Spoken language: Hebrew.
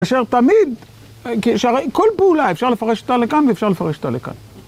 כאשר תמיד, כל פעולה אפשר לפרש אותה לכאן ואפשר לפרש אותה לכאן.